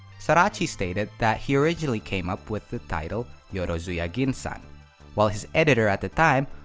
sorachi stated that he originally came up with the title yorozuya gin-san while his editor at the time,